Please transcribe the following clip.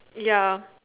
ya